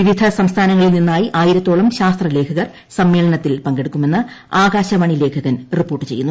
വിവിധ സംസ്ഥാനങ്ങളിൽ നിന്നായി ആയിരത്തോളം ശാസ്ത്ര ലേഖകർ സമ്മേളനത്തിൽ പങ്കെടുക്കുമെന്ന് ആകാശവാണി ലേഖകൻ റിപ്പോർട്ട് ചെയ്യുന്നു